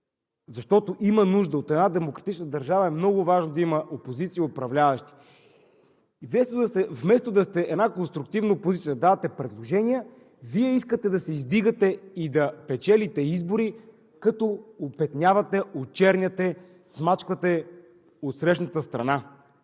защото има нужда – в една демократична държава е много важно да има опозиция и управляващи. Вместо да сте една конструктивна опозиция да давате предложения, Вие искате да се издигате и печелите избори като опетнявате, очерняте, смачквате отсрещната страна.